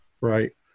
Right